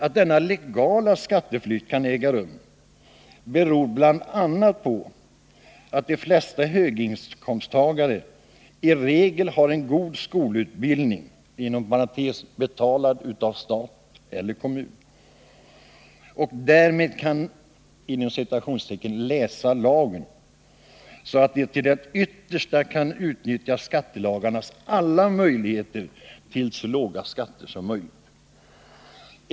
Att denna legala skatteflykt kan äga rum beror bl.a. på att höginkomsttagare i regel har en god skolutbildning — betald av stat eller kommun — och därmed kan ”läsa lagen” så att de till det yttersta kan utnyttja skattelagarnas alla möjligheter till så låga skatter som möjligt.